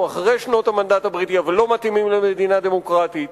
אחרי שנות המנדט הבריטי אבל הם לא מתאימים למדינה דמוקרטית.